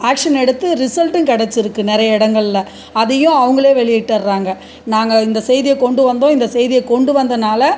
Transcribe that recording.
action எடுத்து ரிசல்ட்டும் கிடச்சிருக்கு நிறைய இடங்கள்ல அதையும் அவங்களே வெளியிட்டுர்றாங்க நாங்க இந்த செய்தியயை கொண்டு வந்தோம் இந்த செய்தியை கொண்டு வந்தனால்